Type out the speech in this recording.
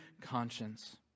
conscience